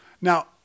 Now